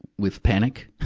with panic.